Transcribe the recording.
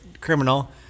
criminal